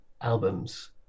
albums